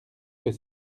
que